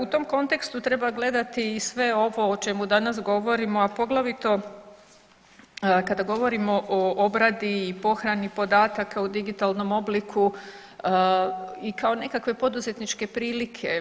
U tom kontekstu treba gledati i sve ovo o čemu danas govorimo, a poglavito kada govorimo o obradi i pohrani podataka u digitalnom obliku i kao nekakve poduzetničke prilike.